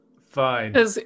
Fine